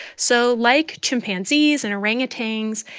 so like chimpanzees and orangutans,